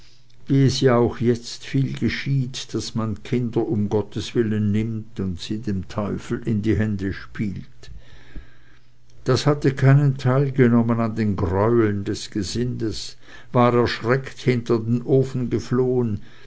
wie es ja auch jetzt viel geschieht daß man kinder um gottes willen nimmt und sie dem teufel in die hände spielt das hatte keinen teil genommen an den greueln des gesindes war erschreckt hinter den ofen geflohn